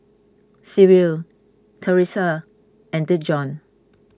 Cyril theresia and Dejon